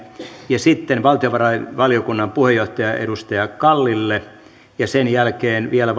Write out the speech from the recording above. ja sitten valtiovarainvaliokunnan puheenjohtaja edustaja kallille ja sen jälkeen vielä